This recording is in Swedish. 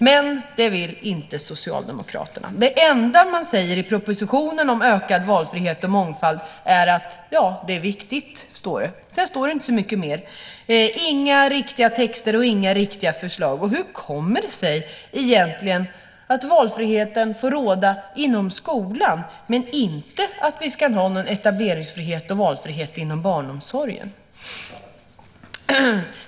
Men det vill inte Socialdemokraterna. Det enda som står i propositionen om ökad valfrihet och mångfald är att det är viktigt. Det står inte så mycket mer. Den innehåller inga riktiga texter och inga riktiga förslag. Hur kommer det sig egentligen att valfriheten får råda inom skolan medan det inte ska få vara någon etableringsfrihet och valfrihet inom barnomsorgen?